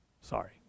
Sorry